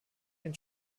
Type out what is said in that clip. den